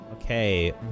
Okay